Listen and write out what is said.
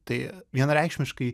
tai vienareikšmiškai